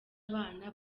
abana